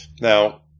Now